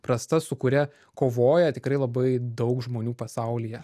prasta su kuria kovoja tikrai labai daug žmonių pasaulyje